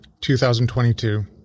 2022